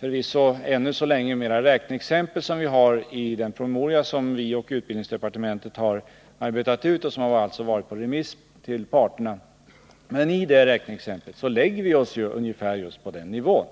att man i den departementspromemoria som utbildningsdepartementet har utarbetat och som varit på remiss till parterna förvisso endast behandlar den frågan genom att lämna ett räkneexempel, men i det räkneexemplet lägger vi oss ungefär på den nivån.